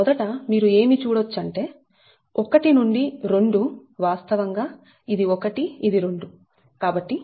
మొదట మీరు ఏమి చూడొచ్చు అంటే 1 నుండి 2 వాస్తవంగా ఇది 1 ఇది 2